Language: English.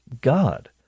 God